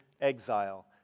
exile